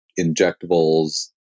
injectables